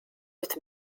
with